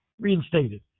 Reinstated